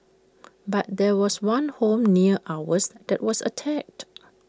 but there was one home near ours that was attacked